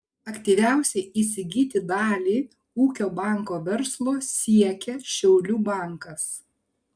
aktyviausiai įsigyti dalį ūkio banko verslo siekia šiaulių bankas